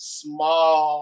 small